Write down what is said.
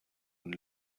und